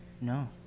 No